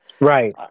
Right